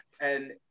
and-